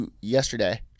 yesterday